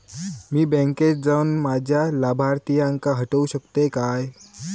मी बँकेत जाऊन माझ्या लाभारतीयांका हटवू शकतय काय?